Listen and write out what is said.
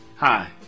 Hi